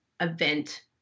event